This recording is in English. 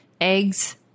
eggs